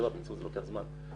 זה לוקח זמן.